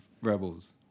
rebels